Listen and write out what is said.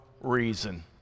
reason